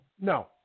No